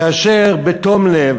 כאשר בתום לב